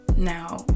Now